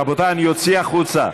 רבותיי, אני אוציא החוצה.